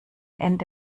ende